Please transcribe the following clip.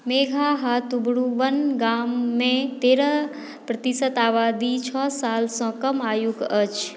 मेघाहातुबुरु वन गाममे तेरह पर्तिशत आबादी छओ सालसँ कम आयु के अछि